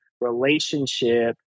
relationship